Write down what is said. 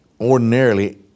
ordinarily